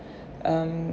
um